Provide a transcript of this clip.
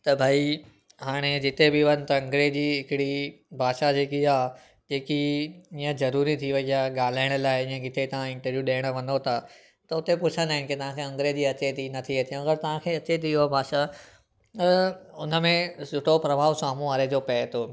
त भाई हाणे जिते बि वञु त अंग्रेज़ी हिकिड़ी भाषा जेकी आहे इअं ज़रूरी थी वई आहे ॻाल्हाइण लाइ इएं किथे तव्हां इंटर्व्यू ॾियणु वञो था त उते पुछंदा आहिनि त तव्हां खे अंग्रेज़ी अचे थी न थी अचे अगरि तव्हां खे अचे थी उहा भाषा अ उन में सुठो प्रभाव साम्हूं वारे जो पए थो